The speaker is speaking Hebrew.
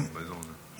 באזור הזה.